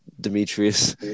demetrius